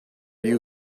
you